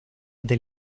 del